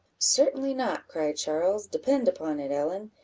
certainly not, cried charles depend upon it, ellen,